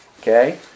Okay